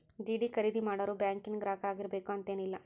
DD ಖರೇದಿ ಮಾಡೋರು ಬ್ಯಾಂಕಿನ್ ಗ್ರಾಹಕರಾಗಿರ್ಬೇಕು ಅಂತೇನಿಲ್ಲ